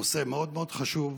זה נושא מאוד מאוד חשוב,